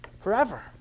forever